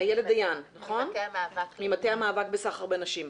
איילת דיין ממטה המאבק בסחר בנשים.